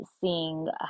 seeing